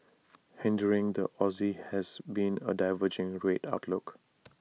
hindering the Aussie has been A diverging rate outlook